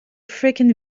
frequent